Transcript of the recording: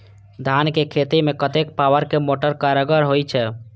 धान के खेती में कतेक पावर के मोटर कारगर होई छै?